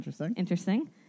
interesting